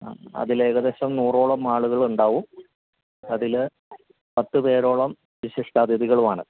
അതിലേകദേശം നൂറോളം ആളുകളുണ്ടാവും അതില് പത്തു പേരോളം വിശിഷ്ടാതിഥികളുമാണ്